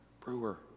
Brewer